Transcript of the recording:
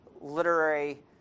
literary